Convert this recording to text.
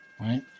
right